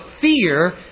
fear